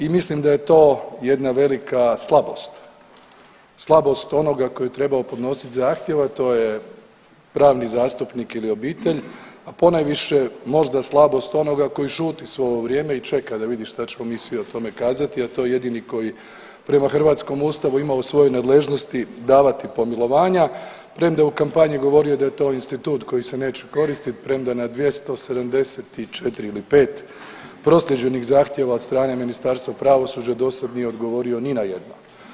I mislim da je to jedna velika slabost, slabost onoga koji je trebao podnositi zahtjev, a to je pravni zastupnik ili obitelj a ponajviše možda slabost onoga koji šuti svo ovo vrijeme i čeka da vidi šta ćemo mi svi o tome kazati a to je jedini koji prema hrvatskom ustavu ima u svojoj nadležnosti davati pomilovanja premda je u kampanji govorio da je to institut koji se neće koristit premda na 274 ili 5 proslijeđenih zahtjeva od strane Ministarstva pravosuđa dosad nije odgovorio ni na jedno.